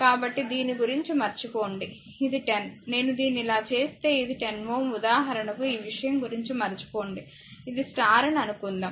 కాబట్టిదీని గురించి మర్చిపోండి ఇది 10 నేను దీన్ని ఇలా చేస్తే ఇది 10 Ω ఉదాహరణకు ఈ విషయం గురించి మరచిపోండి ఇది స్టార్ అని అనుకుందాం